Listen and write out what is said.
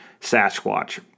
Sasquatch